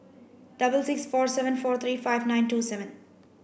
double six four seven four three five nine two seven